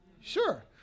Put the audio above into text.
Sure